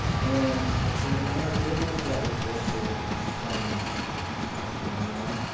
and in the american indians that was also a common kind of phenomenon.